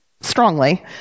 strongly